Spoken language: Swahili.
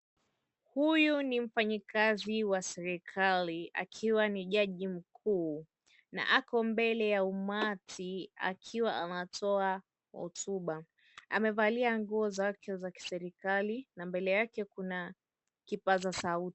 Huyu ni mfanyi kazi wa serikali akiwa ni jaji mkuu akiwa mbele ya umati akiwa anatoa hotuba, amevalia nguo zake za kiserikali na mbele yake kuna kipaza sauti.